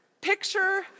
picture